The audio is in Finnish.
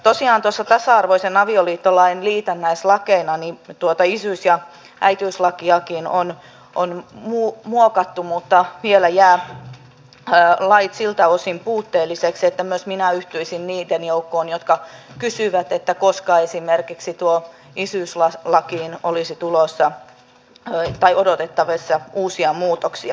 tosiaan tasa arvoisen avioliittolain liitännäislakeina tuota isyys ja äitiyslakiakin on muokattu mutta vielä jäävät lait siltä osin puutteellisiksi että myös minä yhtyisin niiden joukkoon jotka kysyvät että koska esimerkiksi isyyslakiin olisi odotettavissa uusia muutoksia